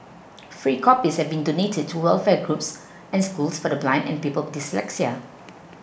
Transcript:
free copies have been donated to welfare groups and schools for the blind and people with dyslexia